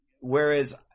Whereas